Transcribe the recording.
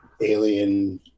alien